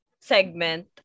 segment